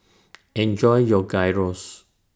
Enjoy your Gyros